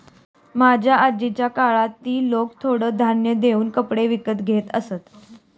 माझ्या आजीच्या काळात ती लोकं थोडं धान्य देऊन कपडे विकत घेत असत